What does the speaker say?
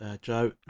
Joe